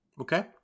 Okay